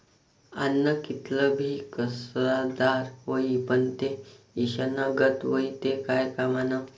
आन्न कितलं भी कसदार व्हयी, पन ते ईषना गत व्हयी ते काय कामनं